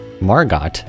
Margot